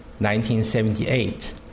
1978